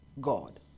God